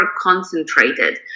concentrated